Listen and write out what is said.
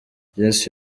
yesu